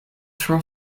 tro